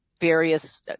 various